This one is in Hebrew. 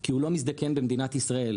כי הוא לא מזדקן במדינת ישראל,